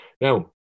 now